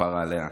כפרה עליה.